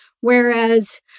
whereas